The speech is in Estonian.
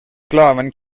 klavan